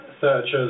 Searches